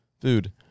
Food